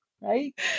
right